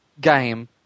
game